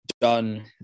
done